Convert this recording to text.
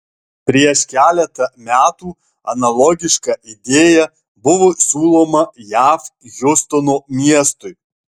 prieš keletą metų analogiška idėja buvo siūloma jav hjustono miestui